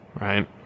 right